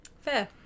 Fair